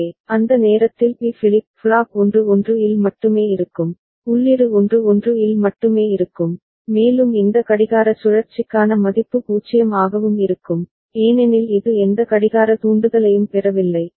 எனவே அந்த நேரத்தில் பி ஃபிளிப் ஃப்ளாப் 1 1 இல் மட்டுமே இருக்கும் உள்ளீடு 1 1 இல் மட்டுமே இருக்கும் மேலும் இந்த கடிகார சுழற்சிக்கான மதிப்பு 0 ஆகவும் இருக்கும் ஏனெனில் இது எந்த கடிகார தூண்டுதலையும் பெறவில்லை